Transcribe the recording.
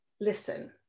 listen